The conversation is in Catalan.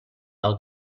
del